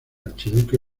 archiduque